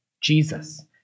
Jesus